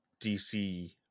DC